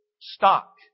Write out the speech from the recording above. stock